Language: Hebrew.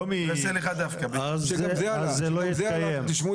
במקרה כזה זה לא יתקיים.